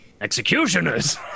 Executioners